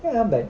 ya but